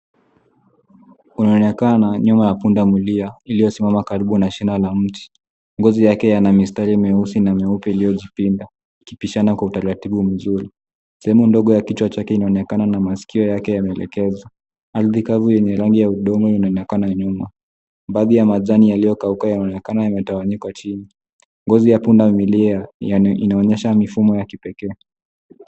Unaonekana nyuma ya punda milia uliosimama karibu na shina la mti. Ngozi yake yana mistari meusi na meupe iliojipinda ikipishana kwa utaratibu mzuri. Sehemu ndogo ya kichwa chake inaonekana na masikio yake yameelekezwa. Ardhi kavu yenye rangi ya udongo inaonekana nyuma. Baadhi ya majani yaliokauka yanaonekana yametawanyikwa chini. Ngozi ya punda milia inaonyesha mifumo ya kipeke.